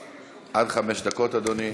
עד חמש דקות, אדוני.